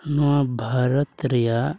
ᱱᱚᱣᱟ ᱵᱷᱟᱨᱚᱛ ᱨᱮᱭᱟᱜ